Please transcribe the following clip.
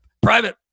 private